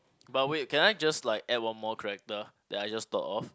but wait can I just like add one more character that I just thought of